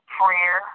prayer